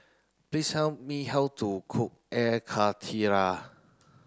please tell me how to cook Air Karthira